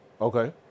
okay